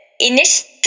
initial